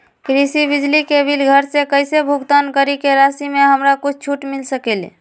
कृषि बिजली के बिल घर से कईसे भुगतान करी की राशि मे हमरा कुछ छूट मिल सकेले?